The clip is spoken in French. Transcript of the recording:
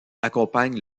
accompagnent